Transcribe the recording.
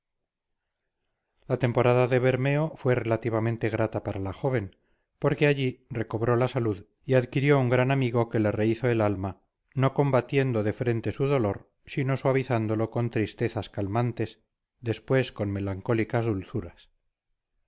la temporada de bermeo fue relativamente grata para la joven porque allí recobró la salud y adquirió un gran amigo que le rehízo el alma no combatiendo de frente su dolor sino suavizándolo con tristezas calmantes después con melancólicas dulzuras